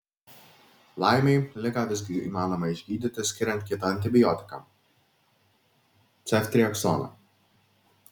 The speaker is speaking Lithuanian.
laimei ligą visgi įmanoma išgydyti skiriant kitą antibiotiką ceftriaksoną